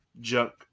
junk